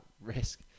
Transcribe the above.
risk